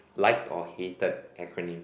liked or hated acronym